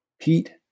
Pete